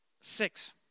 Six